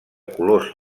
colors